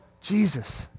jesus